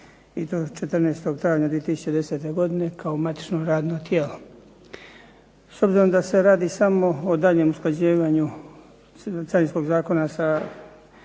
i to 14. travnja 2010. godine kao matično radno tijelo. S obzirom da se radi samo o daljnjem usklađivanju Carinskog zakona sa